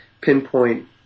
pinpoint